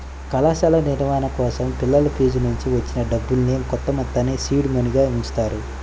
కళాశాల నిర్వహణ కోసం పిల్లల ఫీజునుంచి వచ్చిన డబ్బుల్నే కొంతమొత్తాన్ని సీడ్ మనీగా ఉంచుతారు